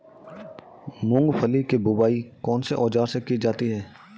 मूंगफली की बुआई कौनसे औज़ार से की जाती है?